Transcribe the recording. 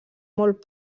molt